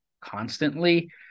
constantly